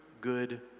good